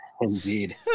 Indeed